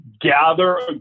gather